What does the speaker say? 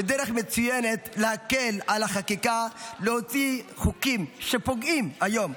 זו דרך מצוינת להקל על החקיקה: להוציא חוקים שפוגעים היום,